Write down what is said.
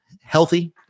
healthy